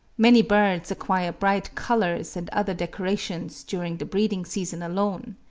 many birds acquire bright colours and other decorations during the breeding-season alone.